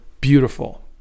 beautiful